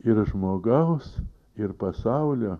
ir žmogaus ir pasaulio